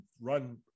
run